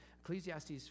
Ecclesiastes